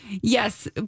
Yes